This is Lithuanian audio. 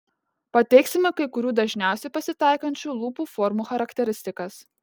pateiksime kai kurių dažniausiai pasitaikančių lūpų formų charakteristikas